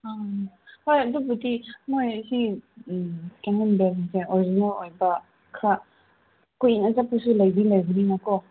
ꯑꯥ ꯍꯣꯏ ꯑꯗꯨꯕꯨꯗꯤ ꯃꯣꯏ ꯁꯤ ꯕꯦꯜꯁꯦ ꯑꯣꯔꯤꯖꯤꯅꯦꯜ ꯑꯣꯏꯕ ꯈꯔ ꯀꯨꯏꯅ ꯆꯠꯄꯁꯨ ꯂꯩꯗꯤ ꯂꯩꯕꯅꯤꯅꯀꯣ